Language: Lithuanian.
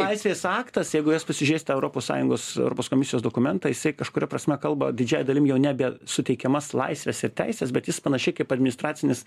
teisės aktas jeigu jas pasižiūrėsit tą europos sąjungos europos komisijos dokumentą jisai kažkuria prasme kalba didžiąja dalim jau nebe suteikiamas laisves ir teises bet jis panašiai kaip administracinis